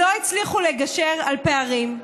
לא הצליחו לגשר על פערים.